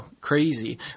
crazy